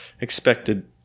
expected